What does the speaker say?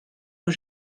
aux